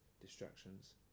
distractions